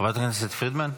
חברת הכנסת פרידמן.